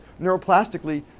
neuroplastically